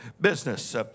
business